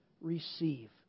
receive